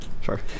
Sure